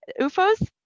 Ufos